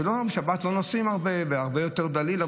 שהרי בשבת לא נוסעים הרבה והרבה יותר דליל.